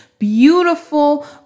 beautiful